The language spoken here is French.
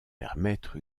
permettre